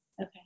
Okay